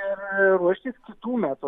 ir ruoštis kitų metų